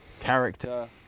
character